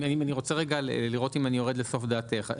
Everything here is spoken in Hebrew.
אני רוצה רגע לראות האם אני יורד לסוף דעתך.